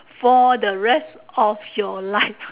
for the rest of your life